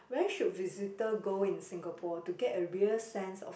where should visitor go in Singapore to get a real sense of the